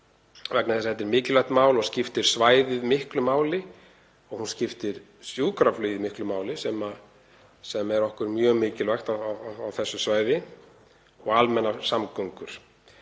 fagna þessari tillögu. Þetta er mikilvægt mál og skiptir svæðið miklu máli. Hún skiptir sjúkraflugið miklu máli, sem er okkur mjög mikilvægt á þessu svæði, og almennar samgöngur.